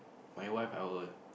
my wife I will